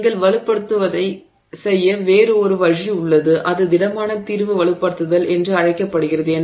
நீங்கள் வலுப்படுத்துவதைச் செய்ய வேறு ஒரு வழி உள்ளது அது திடமான தீர்வு வலுப்படுத்துதல் என்று அழைக்கப்படுகிறது